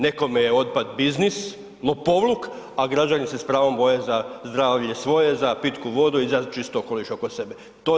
Nekome je otpad biznis, lopovluk, a građani se s pravom boje za zdravlje svoje, za pitku vodu i za čist okoliš oko sebe.